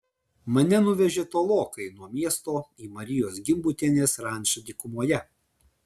mane nuvežė tolokai nuo miesto į marijos gimbutienės rančą dykumoje